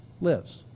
lives